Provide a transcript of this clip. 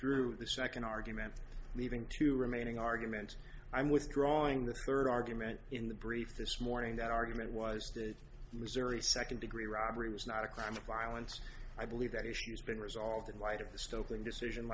withdrew the second argument leaving two remaining argument i'm withdrawing the third argument in the brief this morning that argument was that missouri second degree robbery was not a crime of violence i believe that issue has been resolved in light of the stoking decision